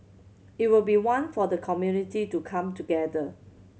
it will be one for the community to come together